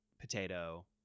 potato